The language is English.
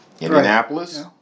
Indianapolis